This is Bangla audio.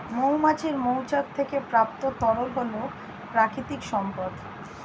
মৌমাছির মৌচাক থেকে প্রাপ্ত তরল হল প্রাকৃতিক সম্পদ